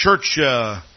church